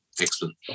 Excellent